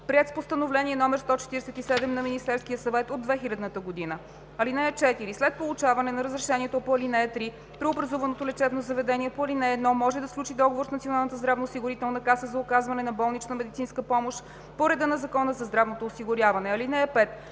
приет с Постановление № 147 на Министерския съвет от 2000 г. (обн., ДВ, бр. …) (4) След получаване на разрешението по ал. 3 преобразуваното лечебно заведение по ал. 1 може да сключи договор с Националната здравноосигурителна каса за оказване на болнична медицинска помощ по реда на Закона за здравното осигуряване. (5)